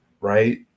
right